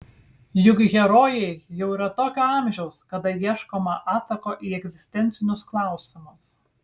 juk herojai jau yra tokio amžiaus kada ieškoma atsako į egzistencinius klausimus